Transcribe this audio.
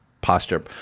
posture